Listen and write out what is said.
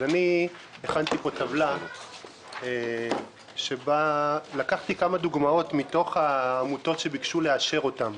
הכנתי פה טבלה שבה לקחתי כמה דוגמאות מתוך העמותות שביקשו לאשר אותן